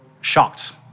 shocked